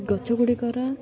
ଗଛ ଗୁଡ଼ିକର